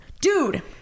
Dude